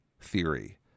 theory